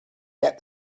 get